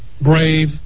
brave